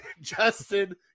Justin